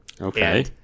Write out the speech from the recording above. Okay